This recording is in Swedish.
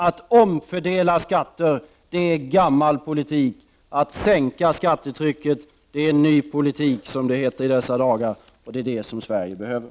Att omfördela skatter är gammal politik. Att däremot sänka skattetrycket är ny politik, som det heter i dessa dagar. En sänkning av skattetrycket är vad Sverige behöver.